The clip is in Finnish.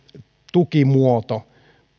tukimuoto